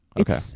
Okay